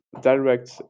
direct